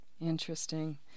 Interesting